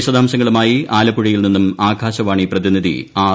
വിശദാംശങ്ങളുമായി ആലപ്പുഴയിൽ നിന്നും ആകാശവാണി പ്രതിനിധി ആർ